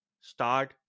start